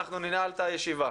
ננעל את הישיבה.